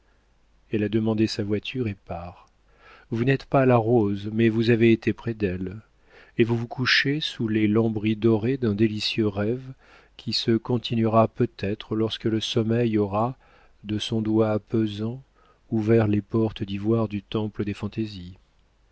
elle a demandé sa voiture et part vous n'êtes pas la rose mais vous avez été près d'elle et vous vous couchez sous les lambris dorés d'un délicieux rêve qui se continuera peut-être lorsque le sommeil aura de son doigt pesant ouvert les portes d'ivoire du temple des fantaisies